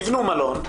תבנו מלון,